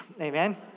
Amen